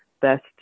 best